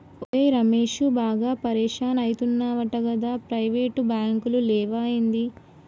ఒరే రమేశూ, బాగా పరిషాన్ అయితున్నవటగదా, ప్రైవేటు బాంకులు లేవా ఏంది